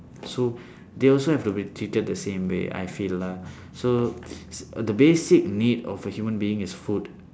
so they also have to be treated the same way I feel lah so the basic need of human being is food